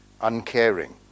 uncaring